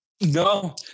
No